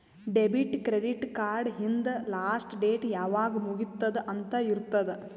debit, credit card ಹಿಂದ್ last date ಯಾವಾಗ್ ಮುಗಿತ್ತುದ್ ಅಂತ್ ಇರ್ತುದ್